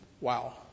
Wow